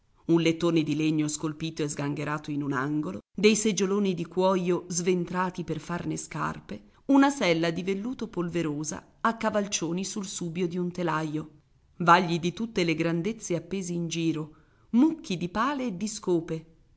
un lettone di legno scolpito e sgangherato in un angolo dei seggioloni di cuoio sventrati per farne scarpe una sella di velluto polverosa a cavalcioni sul subbio di un telaio vagli di tutte le grandezze appesi in giro mucchi di pale e di scope